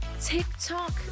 TikTok